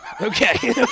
Okay